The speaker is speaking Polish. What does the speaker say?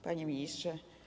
Panie Ministrze!